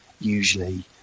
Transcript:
usually